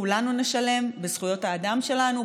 כולנו נשלם בזכויות האדם שלנו,